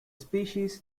species